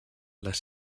les